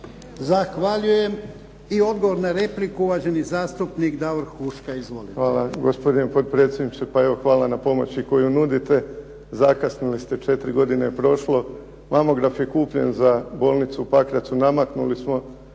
Zahvaljujem. I odgovor na repliku, uvaženi zastupnik Davor Huška.